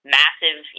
massive